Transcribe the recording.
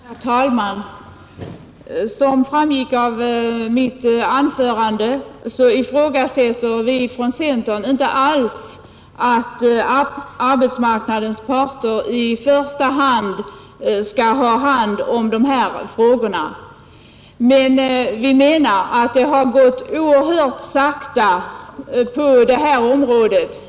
Herr talman! Som framgick av mitt anförande ifrågasätter vi i centern inte alls att det i första hand är arbetsmarknadens parter som skall handlägga de här frågorna, men vi tycker att det har gått oerhört sakta på detta område.